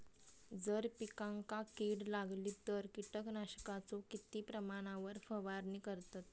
जर पिकांका कीड लागली तर कीटकनाशकाचो किती प्रमाणावर फवारणी करतत?